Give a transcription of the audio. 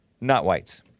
not-whites